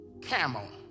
camel